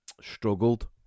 struggled